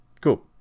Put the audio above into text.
cool